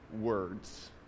words